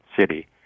city